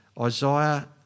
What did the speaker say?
Isaiah